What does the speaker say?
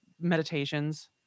meditations